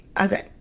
okay